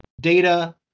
data